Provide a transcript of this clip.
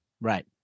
Right